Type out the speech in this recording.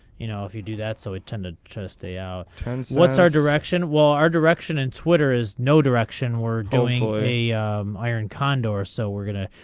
you know if you do that so it tended to stay out ten what's our direction well our direction and twitter is no direction were doing. the iron condor so we're going to.